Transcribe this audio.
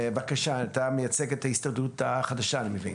מייצג את ההסתדרות החדשה.